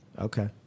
Okay